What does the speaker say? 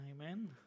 Amen